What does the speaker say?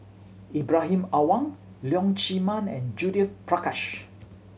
Ibrahim Awang Leong Chee Mun and Judith Prakash